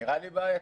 נראה לי בעייתי.